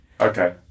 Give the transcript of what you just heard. Okay